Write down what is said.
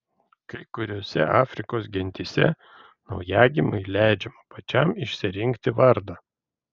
kai kuriose afrikos gentyse naujagimiui leidžiama pačiam išsirinkti vardą